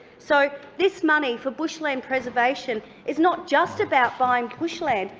so this money for bushland preservation is not just about buying bushland.